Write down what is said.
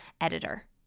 editor